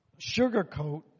sugarcoat